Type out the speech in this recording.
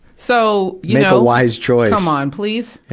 so you know a wise choice. come on, please!